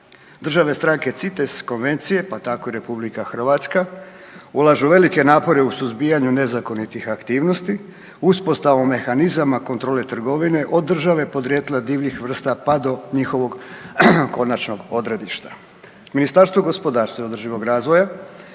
Države stranke CITES konvencije, pa tako i Republika Hrvatska ulažu velike napore u suzbijanju nezakonitih aktivnosti uspostavom mehanizama kontrole trgovine od države podrijetla divljih vrsta, pa do njihovog konačnog odredišta. Ministarstvo gospodarstva i održivog razvoja